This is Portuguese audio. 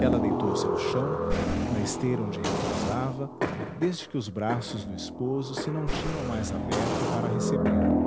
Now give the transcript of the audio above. ela deitou-se ao chão na esteira onde repousava desde que os braços do esposo se não tinham mais aberto para recebê-la